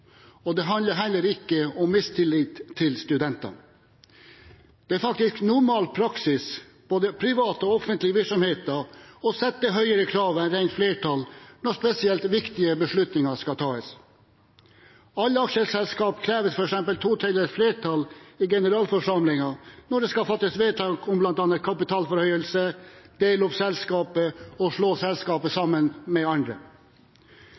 og det handler heller ikke om mistillit til studentene. Det er faktisk normal praksis både i private og offentlige virksomheter å sette høyere krav enn rent flertall når spesielt viktige beslutninger skal tas. Alle aksjeselskap krever f.eks. to tredjedels flertall i generalforsamlingen når det skal fattes vedtak om bl.a. kapitalforhøyelse, å dele opp selskapet og slå selskapet sammen med andre.